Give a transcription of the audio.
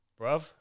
Bruv